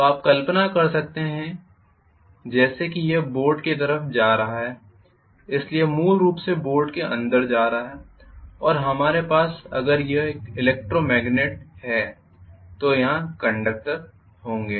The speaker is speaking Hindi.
तो आप कल्पना कर सकते हैं जैसे कि यह बोर्ड के तरफ जा रहा है इसलिए यह मूल रूप से बोर्ड के अंदर जा रहा है और हमारे पास अगर यह एक इलेक्ट्रो मॅगनेट है तो यहां कंडक्टर होंगे